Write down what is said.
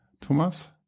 Thomas